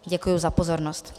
Děkuji za pozornost.